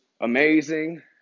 amazing